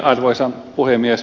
arvoisa puhemies